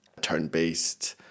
turn-based